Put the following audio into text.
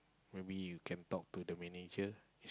maybe you can talk to the manager